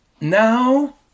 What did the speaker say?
now